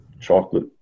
chocolate